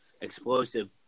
explosive